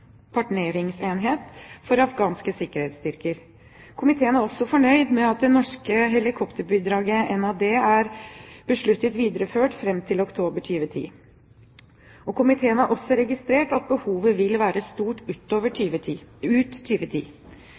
partneringsenhet for afghanske sikkerhetsstyrker. Komiteen er også fornøyd med at det norske helikopterbidraget NAD er besluttet videreført fram til oktober 2010. Komiteen har også registrert at behovet vil være stort